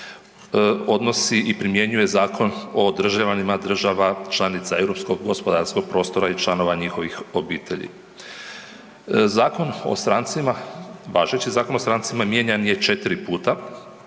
odnosi i primjenjuje Zakon o državljanima država članica Europskog gospodarskog prostora i članova njihovih obitelji. Zakon o strancima, važeći Zakon o strancima mijenjan je četiri puta